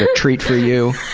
treat for you.